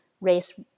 race